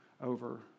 over